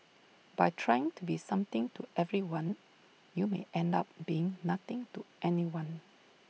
by trying to be something to everyone you may end up being nothing to anyone